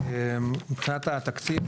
מבחינת התקציב,